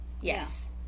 yes